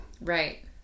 Right